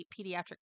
pediatric